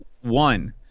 One